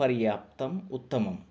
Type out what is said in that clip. पर्याप्तम् उत्तमम्